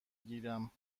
گیرم